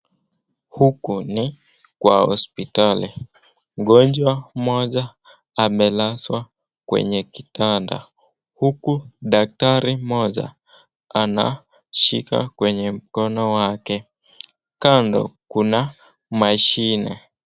Huku ni kwa hospitali. Mgonjwa mmoja amelazwa kwenye kitanda huku daktari mmoja anashika kwenye mkono wake. Kando kuna mashine.